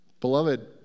Beloved